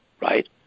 right